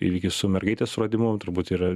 ilgis su mergaitės suradimu turbūt yra